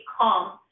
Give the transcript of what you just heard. calm